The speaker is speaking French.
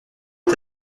est